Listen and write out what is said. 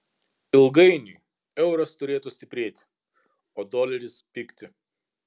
ilgainiui euras turėtų stiprėti o doleris pigti